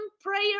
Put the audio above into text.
prayer